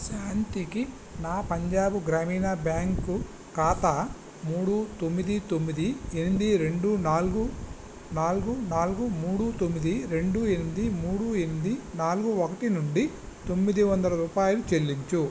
శాంతికి నా పంజాబు గ్రామీణ బ్యాంకు ఖాతా మూడు తొమ్మిది తొమ్మిది ఎనిమిది రెండు నాలుగు నాలుగు నాలుగు మూడు తొమ్మిది రెండు ఎనిమిది మూడు ఎనిమిది నాలుగు ఒకటి నుండి తొమ్మిదివందల రూపాయలు చెల్లించుము